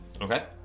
Okay